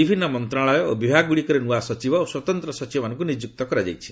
ବିଭିନ୍ନ ମନ୍ତ୍ରଣାଳୟ ଓ ବିଭାଗ ଗୁଡ଼ିକରେ ନୂଆ ସଚିବ ଓ ସ୍ୱତନ୍ତ୍ର ସଚିବମାନଙ୍କୁ ନିଯୁକ୍ତ କରାଯାଇଛି